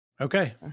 Okay